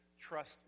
trust